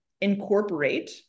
incorporate